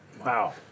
Wow